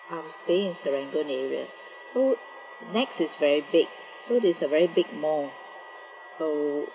I'm staying in serangoon area so NEX is very big so it's a very big mall so